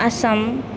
Assam